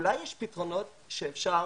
אולי יש פתרונות שאפשר